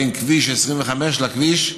בין כביש 25 לכביש,